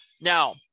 Now